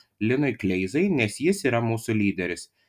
linui kleizai nes jis yra mūsų lyderis